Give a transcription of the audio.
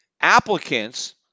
applicants